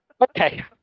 Okay